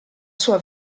sua